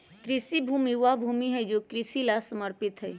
कृषि भूमि वह भूमि हई जो कृषि ला समर्पित हई